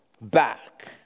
back